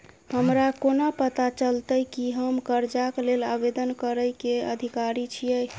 हमरा कोना पता चलतै की हम करजाक लेल आवेदन करै केँ अधिकारी छियै?